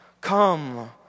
come